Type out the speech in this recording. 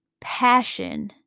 passion